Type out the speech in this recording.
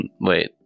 Wait